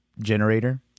generator